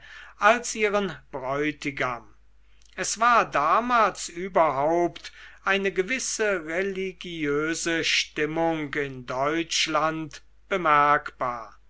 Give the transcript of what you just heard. als ihren bräutigam es war damals überhaupt eine gewisse religiöse stimmung in deutschland bemerkbar